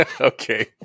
okay